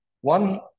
One